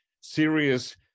serious